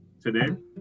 today